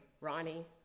Ronnie